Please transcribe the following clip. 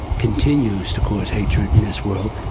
continues to cause hatred in this world,